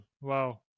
Wow